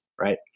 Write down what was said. right